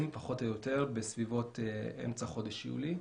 פחות או יותר בסביבות אמצע חודש יולי.